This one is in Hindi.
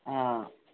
हाँ